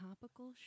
topical